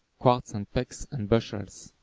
quarts and pecks and bushels.